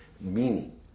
Meaning